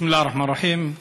בסם אללה א-רחמאן א-רחים.